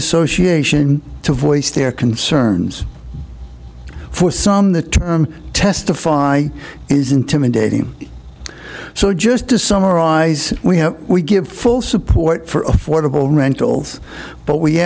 association to voice their concerns for some the term testify is intimidating so just to summarize we have we give full support for affordable rentals but we